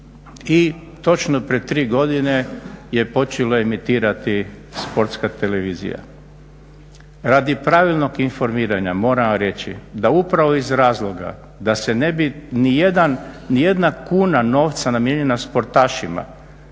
I točno pred tri godine je počela emitirati sportska televizija. Radi pravilnog informiranja moram vam reći da upravo iz razloga da se ne bi ni jedna kuna novca namijenjena sportašima